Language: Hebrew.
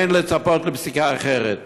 אין לצפות לפסיקה אחרת.